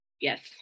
yes